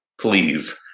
please